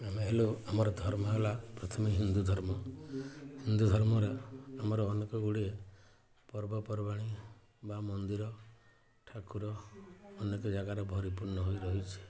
ଆମେ ହେଲୁ ଆମର ଧର୍ମ ହେଲା ପ୍ରଥମେ ହିନ୍ଦୁ ଧର୍ମ ହିନ୍ଦୁ ଧର୍ମରେ ଆମର ଅନେକ ଗୁଡ଼ିଏ ପର୍ବପର୍ବାଣୀ ବା ମନ୍ଦିର ଠାକୁର ଅନେକ ଜାଗାରେ ଭରିପୂର୍ଣ୍ଣ ହୋଇ ରହିଛି